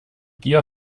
gier